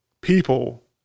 people